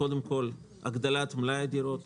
קודם כול הגדלת מלאי הדירות,